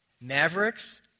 Mavericks